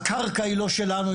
הקרקע היא לא שלנו,